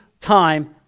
time